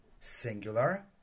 singular